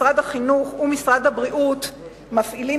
משרד החינוך ומשרד הבריאות מפעילים